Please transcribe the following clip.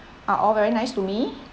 are all very nice to me